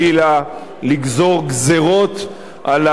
לגזור גזירות על הציבור,